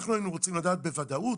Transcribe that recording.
אנחנו היינו רוצים לדעת בוודאות